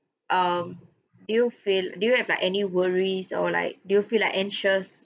um do you feel do you have like any worries or like do you feel like anxious